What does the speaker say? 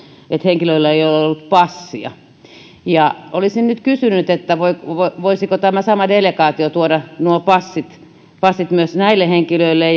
että henkilöillä ei ole ollut passia olisin nyt kysynyt voisiko tämä sama delegaatio tuoda passit passit myös näille henkilöille